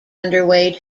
underway